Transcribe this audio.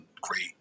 Great